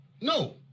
No